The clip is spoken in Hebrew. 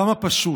כמה פשוט.